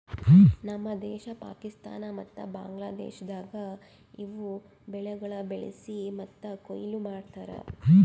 ನಮ್ ದೇಶ, ಪಾಕಿಸ್ತಾನ ಮತ್ತ ಬಾಂಗ್ಲಾದೇಶದಾಗ್ ಇವು ಬೆಳಿಗೊಳ್ ಬೆಳಿಸಿ ಮತ್ತ ಕೊಯ್ಲಿ ಮಾಡ್ತಾರ್